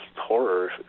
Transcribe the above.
horror